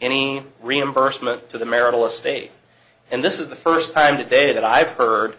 any reimbursement to the marital estate and this is the first time today that i've